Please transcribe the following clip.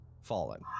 fallen